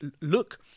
look